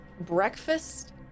breakfast